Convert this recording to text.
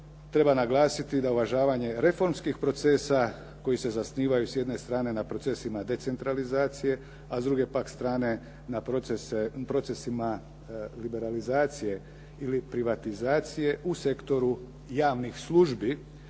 treba naglasiti da uvažavanje reformskih procesa koji se zasnivaju s jedne strane na procesima decentralizacije, a s druge pak strane na procesima liberalizacije ili privatizacije u sektoru javnih službi